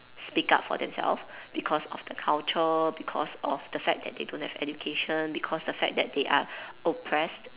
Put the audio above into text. speak up for themselves because of the culture because of the fact that they don't have education because the fact that they are oppressed